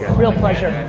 real pleasure.